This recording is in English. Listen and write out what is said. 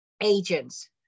agents